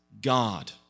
God